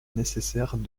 nécessaires